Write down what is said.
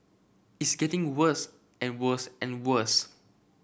it's getting worse and worse and worse